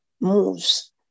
moves